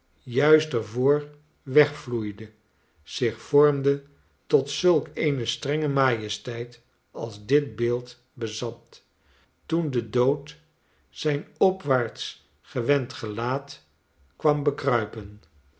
juist er voor wegvloeide zich vormde tot zulk eene strenge majesteit als dit beeld bezat toen de dood zijn opwaarts gewend gelaat kwam bekruipen